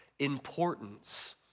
importance